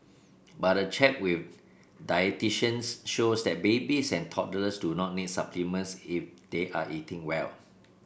but a check with dietitians shows that babies and toddlers do not need supplements if they are eating well